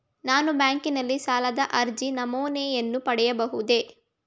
ನಾನು ಬ್ಯಾಂಕಿನಲ್ಲಿ ಸಾಲದ ಅರ್ಜಿ ನಮೂನೆಯನ್ನು ಪಡೆಯಬಹುದೇ?